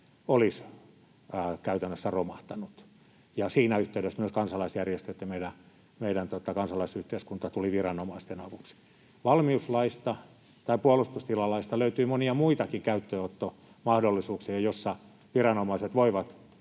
olisi käytännössä romahtanut. Ja siinä yhteydessä myös kansalaisjärjestöt ja meidän kansalaisyhteiskuntamme tulivat viranomaisten avuksi. Valmiuslaista tai puolustustilalaista löytyy monia muitakin käyttöönottomahdollisuuksia, joissa viranomaiset voivat